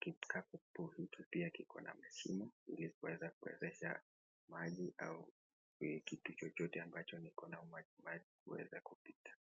.Kikapu hiki pia kikona mashimo isipoweza kuwezesha maji au kitu chochote ambacho kina umajimaji kuweza kupita.